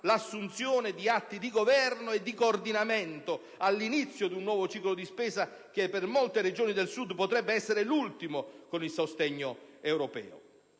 l'assunzione di atti di governo e di coordinamento all'inizio di un nuovo ciclo di spesa che per molte Regioni del Sud potrebbe essere l'ultimo con il sostegno europeo.